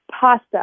Pasta